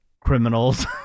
criminals